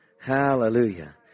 Hallelujah